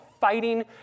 fighting